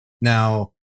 Now